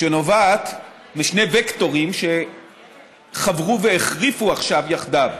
שנובעת משני וקטורים שחברו והחריפו עכשיו יחדיו.